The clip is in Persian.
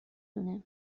دونه